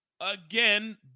again